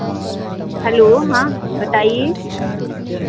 hello हाँ बताइए